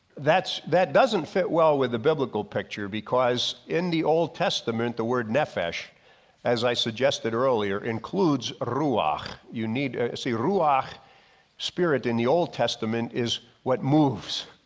that's doesn't fit well with the biblical picture because in the old testament, the word nephesh as i suggested earlier includes ah ruach you need see ruach spirit in the old testament is what moves.